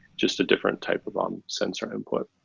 just a different type of um sensor and input.